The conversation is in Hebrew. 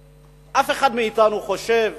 אף אחד מאתנו לא חושב